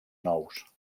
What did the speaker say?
nous